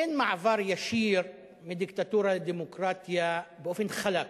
אין מעבר ישיר מדיקטטורה לדמוקרטיה באופן חלק.